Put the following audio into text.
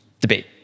Debate